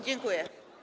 Dziękuję.